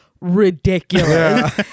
ridiculous